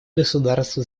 государств